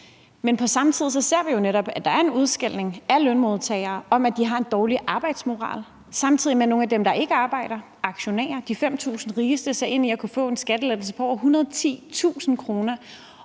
Men på samme tid ser vi jo netop, at der er en udskældning af lønmodtagere for at have en dårlig arbejdsmoral, samtidig med at nogle af dem, der ikke arbejder – aktionærer, de 5.000 rigeste – ser ind i at kunne få en skattelettelse på over 110.000 kr.,